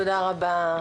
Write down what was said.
תודה רבה,